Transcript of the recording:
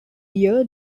year